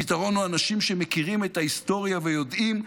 הפתרון הוא אנשים שמכירים את ההיסטוריה ויודעים,